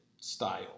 style